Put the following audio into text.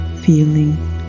feeling